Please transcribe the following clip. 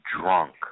drunk